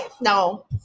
No